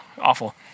awful